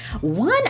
One